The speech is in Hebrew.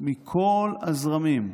מכל הזרמים,